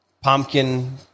pumpkin